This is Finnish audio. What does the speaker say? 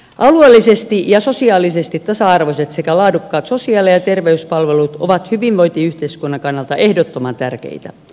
alueellisesti ja sosiaalisesti tasa arvoiset sekä laadukkaat sosiaali ja terveyspalvelut ovat hyvinvointiyhteiskunnan kannalta ehdottoman tärkeitä